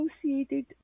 associated